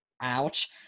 ouch